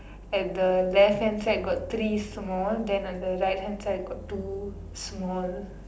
at the left hand size got three small then on the right hand side got two small